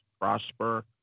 prosper